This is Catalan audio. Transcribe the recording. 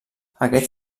aquest